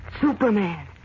Superman